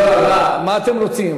מה אתם רוצים?